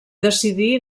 decidí